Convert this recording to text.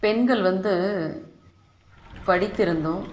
பெண்கள் வந்து படித்திருந்தும்